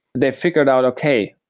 they figured out, okay.